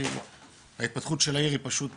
כי ההתפתחות של העיר היא פשוט